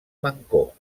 mancor